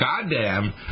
goddamn